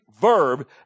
verb